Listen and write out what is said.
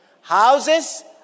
Houses